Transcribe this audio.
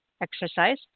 exercise